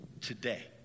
today